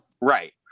Right